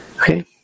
Okay